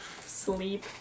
Sleep